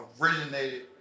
originated